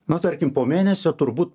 nu tarkim po mėnesio turbūt